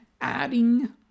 adding